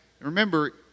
remember